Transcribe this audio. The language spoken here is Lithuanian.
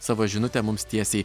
savo žinutę mums tiesiai